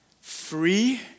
free